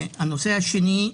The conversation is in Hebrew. הנושא השני,